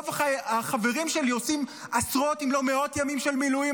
רוב החברים שלי עושים עשרות אם לא מאות ימים של מילואים,